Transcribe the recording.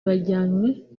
bajyanwe